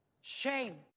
Shame